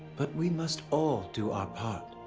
but we must all do our part.